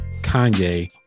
Kanye